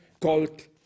called